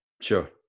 Sure